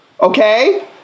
Okay